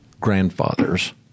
grandfathers